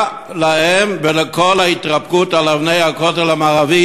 מה להן ולכל ההתרפקות על אבני הכותל המערבי,